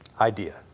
idea